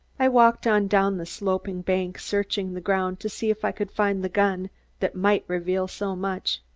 i walked on down the sloping bank, searching the ground to see if i could find the gun that might reveal so much.